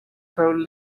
throws